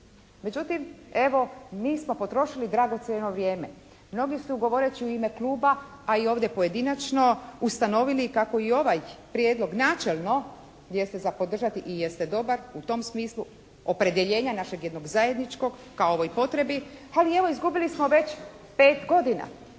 Međutim, evo mi smo potrošili dragocjeno vrijeme. Mnogi su govoreći u ime kluba a i ovdje pojedinačno ustanovili kako i ovaj Prijedlog načelno jeste za podržati i jeste dobar, u tom smislu opredjeljenja našeg jednog zajedničkog ka ovoj potrebi. Ali evo, izgubili smo već 5 godina